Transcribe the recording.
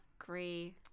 agree